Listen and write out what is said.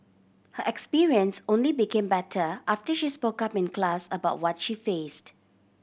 her experience only became better after she spoke up in class about what she faced